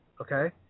Okay